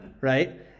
Right